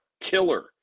killer